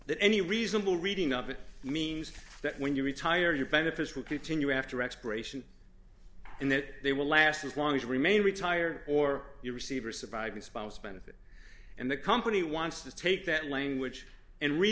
that any reasonable reading of it means that when you retire your benefits will continue after expiration and that they will last as long as you remain retired or the receiver surviving spouse benefit and the company wants to take that language and read